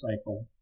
cycle